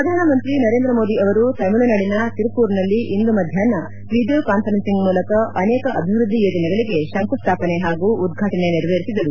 ಪ್ರಧಾನಮಂತ್ರಿ ನರೇಂದ್ರ ಮೋದಿ ಅವರು ತಮಿಳುನಾಡಿನ ತಿರುಪೂರ್ನಲ್ಲಿ ಇಂದು ಮಧ್ಯಾಹ್ನ ವಿಡಿಯೋ ಕಾನ್ಫರೆನ್ಲಿಂಗ್ ಮೂಲಕ ಅನೇಕ ಅಭಿವೃದ್ದಿ ಯೋಜನೆಗಳಿಗೆ ಶಂಕುಸ್ವಾಪನೆ ಹಾಗೂ ಉದ್ಘಾಟನೆ ನೆರವೇರಿಸಿದರು